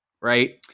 right